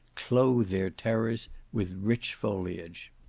clothe their terrors with rich foliage.